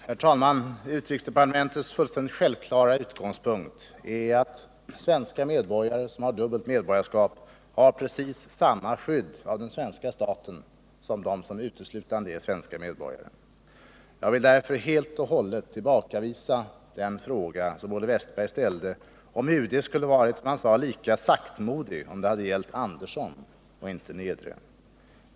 Herr talman! Utrikesdepartementets fullständigt självklara utgångspunkt är att svenska medborgare med dubbelt medborgarskap har precis samma skydd av den svenska staten som de som uteslutande är svenska medborgare.